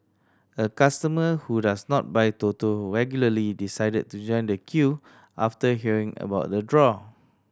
a customer who does not buy Toto regularly decided to join the queue after hearing about the draw